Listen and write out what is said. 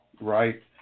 Right